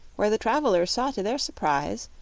where the travelers saw, to their surprise,